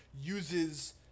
uses